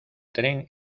tren